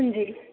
ਜੀ